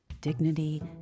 dignity